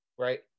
Right